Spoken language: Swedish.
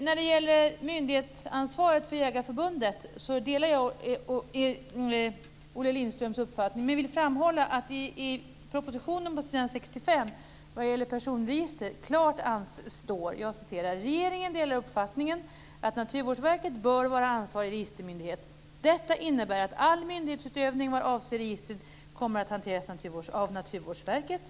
När det gäller myndighetsansvaret för Jägareförbundet delar jag Olle Lindströms uppfattning men vill framhålla att det i propositionen på s. 65 vad gäller personregister klart står: "Regeringen delar uppfattningen att Naturvårdsverket bör vara ansvarig registermyndighet. Detta innebär att all myndighetsutövning vad avser registren kommer att hanteras av Naturvårdsverket."